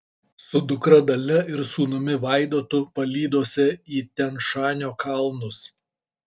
su dukra dalia ir sūnumi vaidotu palydose į tian šanio kalnus